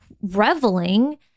reveling